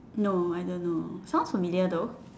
no I don't know sound familiar though